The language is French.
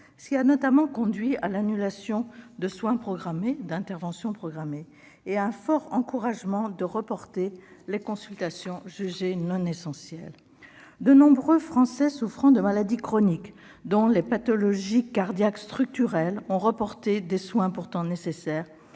ce qui a notamment conduit à l'annulation de soins et d'interventions programmés et au report de consultations jugées non essentielles. De nombreux Français souffrant de maladies chroniques, dont des pathologies cardiaques structurelles, ont ainsi reporté des soins pourtant nécessaires